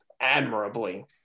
admirably